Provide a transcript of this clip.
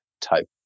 type